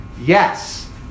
Yes